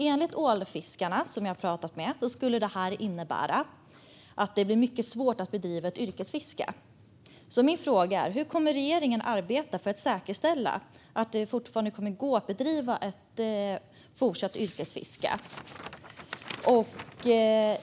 Enligt ålfiskarna skulle det innebära att det blir mycket svårt att bedriva ett yrkesfiske. Hur kommer regeringen att arbeta för att säkerställa att det även fortsättningsvis kommer att vara möjligt att bedriva yrkesfiske?